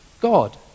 God